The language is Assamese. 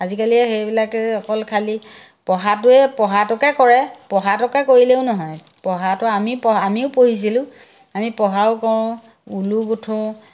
আজিকালি সেইবিলাকে অকল খালী পঢ়াটোৱে পঢ়াটোকে কৰে পঢ়াটোকে কৰিলেও নহয় পঢ়াটো আমি পঢ়া আমিও পঢ়িছিলোঁ আমি পঢ়াও কৰোঁ ঊলু গুঠোঁ